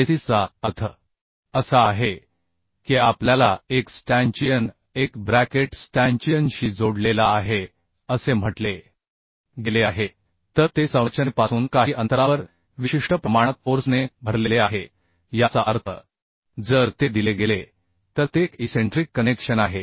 बेसिसचा अर्थ असा आहे की आपल्याला एक स्टॅंचियन एक ब्रॅकेट स्टॅंचियनशी जोडलेला आहे असे म्हटले गेले आहे तर ते संरचनेपासून काही अंतरावर विशिष्ट प्रमाणात फोर्सने भरलेले आहे याचा अर्थ जर ते दिले गेले तर ते एक इसेंट्रिक कनेक्शन आहे